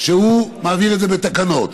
שהוא יעביר את זה בתקנות.